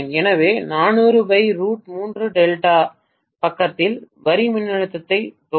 எனவே டெல்டா பக்கத்தில் வரி மின்னழுத்தமாக தோன்றும்